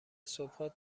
صبحها